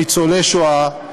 ניצולי השואה,